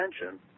attention